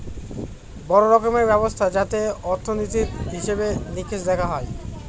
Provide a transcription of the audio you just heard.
বড়ো রকমের ব্যবস্থা যাতে অর্থনীতির হিসেবে নিকেশ দেখা হয়